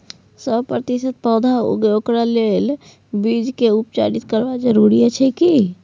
सौ प्रतिसत पौधा उगे ओकरा लेल बीज के उपचारित करबा जरूरी अछि की?